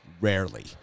Rarely